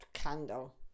Candle